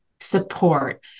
Support